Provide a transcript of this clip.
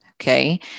okay